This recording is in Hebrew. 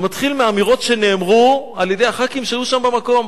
זה מתחיל מאמירות שנאמרו על-ידי הח"כים שהיו שם במקום.